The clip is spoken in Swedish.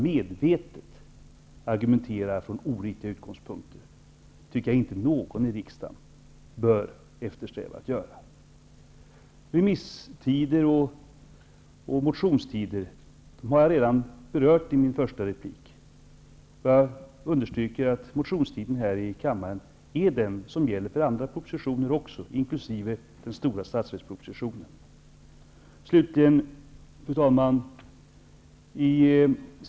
Jag tycker inte att någon i riksdagen bör eftersträva att medvetet argumentera från oriktiga utgångspunkter. Jag har redan berört frågan om remisstider och motionstider. Jag understryker att motionstiden i kammaren är den som gäller för andra propositioner, inkl. den stora statsverkspropositionen. Fru talman!